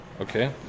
Okay